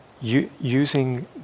using